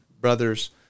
Brothers